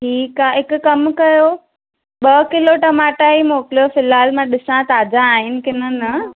ठीकु आहे हिक कमु कयो ॿ किलो टमाटा ई मोकिलियो फ़िलहालु मां ॾिसां कि ताज़ा आहिनि कि न न